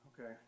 Okay